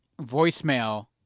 voicemail